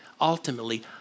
ultimately